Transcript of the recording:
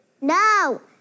No